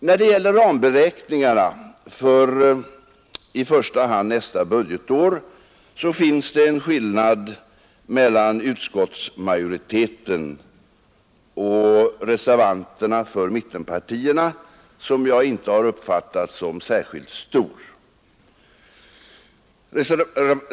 När det gäller ramberäkningarna för i första hand nästa budgetår finns det en skillnad mellan utskottsmajoriteten och representanterna för mittenpartierna som i utskottet reserverat sig. Jag har inte uppfattat den som särskilt stor.